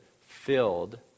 filled